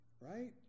right